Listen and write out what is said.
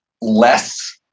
less